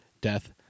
death